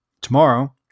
tomorrow